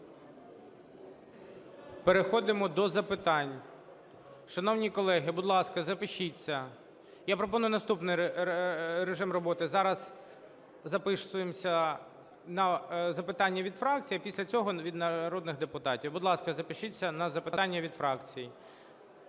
Переходимо до запитань. Шановні колеги, будь ласка, запишіться. Я пропоную наступний режим роботи. Зараз записуємося на запитання від фракцій, а після цього від народних депутатів. Будь ласка, запишіться на запитання від фракцій.